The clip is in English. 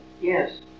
Yes